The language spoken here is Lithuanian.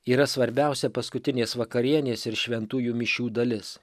yra svarbiausia paskutinės vakarienės ir šventųjų mišių dalis